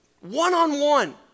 one-on-one